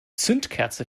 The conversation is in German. zündkerze